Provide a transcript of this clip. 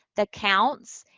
the counts,